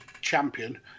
champion